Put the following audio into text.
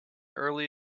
early